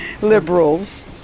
Liberals